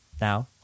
now